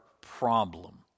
problem